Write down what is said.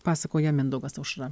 pasakoja mindaugas aušra